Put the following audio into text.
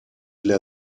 для